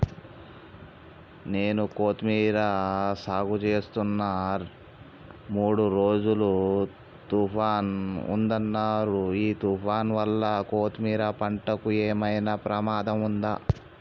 నేను కొత్తిమీర సాగుచేస్తున్న మూడు రోజులు తుఫాన్ ఉందన్నరు ఈ తుఫాన్ వల్ల కొత్తిమీర పంటకు ఏమైనా ప్రమాదం ఉందా?